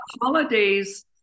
Holidays